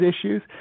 issues